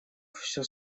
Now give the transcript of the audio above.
все